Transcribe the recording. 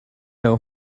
her